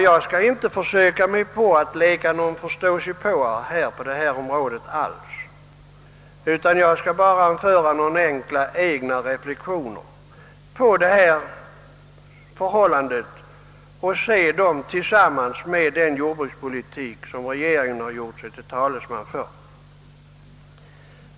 Jag skall inte alls försöka leka förståsigpåare på detta område, utan jag skall bara anföra några enkla personliga reflexioner på detta förhållande i belysning av den jordbrukspolitik regeringen gjort sig till talesman för.